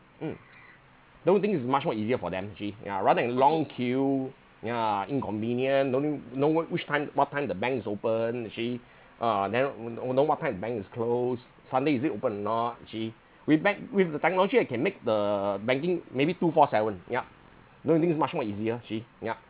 mm don't you think it's much more easier for them actually yeah rather than long queue ya inconvenient don't know what which time what time the bank is open actually uh then won't won't know what time the bank is closed sunday is it open or not actually with bank with the technology I can make the banking maybe two four seven yup don't you think it's much more easier actually yup